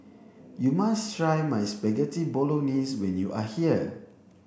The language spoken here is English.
you must try my Spaghetti Bolognese when you are here